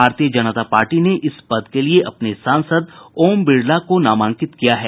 भारतीय जनता पार्टी ने इस पद के लिए अपने सांसद ओम बिड़ला को नामांकित किया है